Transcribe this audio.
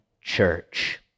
church